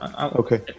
okay